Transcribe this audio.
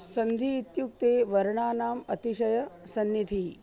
सन्धिः इत्युक्ते वर्णानाम् अतिशयसन्निधिः